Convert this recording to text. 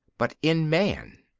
but in man.